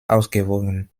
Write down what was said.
ausgewogen